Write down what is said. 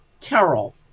Carol